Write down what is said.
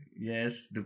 yes